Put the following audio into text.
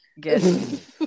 get